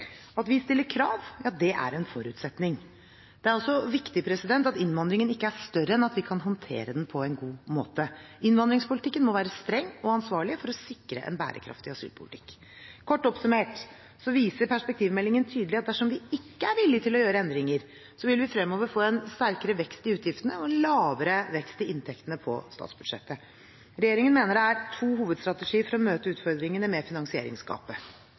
At vi stiller krav er en forutsetning. Det er også viktig at innvandringen ikke er større enn at vi kan håndtere den på en god måte. Innvandringspolitikken må være streng og ansvarlig for å sikre en bærekraftig asylpolitikk. Kort oppsummert viser perspektivmeldingen tydelig at dersom vi ikke er villige til å gjøre endringer, vil vi fremover få en sterkere vekst i utgiftene og en lavere vekst i inntektene på statsbudsjettet. Regjeringen mener det er to hovedstrategier for å møte utfordringene med finansieringsgapet: